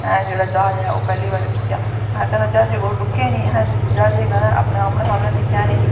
असैं जेह्ड़ा ज्हाज पैह्ली बारी दिक्खेआ अस कदें जहाजै कोल रुके गै नी असैं जहाजे गी कदैं आमनै सामनै दिक्खेआ गै नी